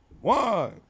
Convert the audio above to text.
One